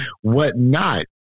whatnot